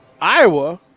Iowa